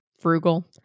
frugal